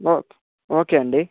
okay okay అండి